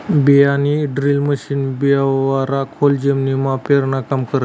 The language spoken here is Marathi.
बियाणंड्रील मशीन बिवारं खोल जमीनमा पेरानं काम करस